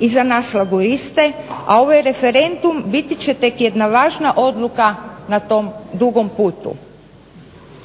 i za nas Laburiste, a ovaj referendum biti će tek jedna važna odluka na tom dugom putu.